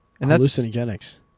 hallucinogenics